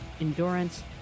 endurance